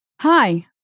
Hi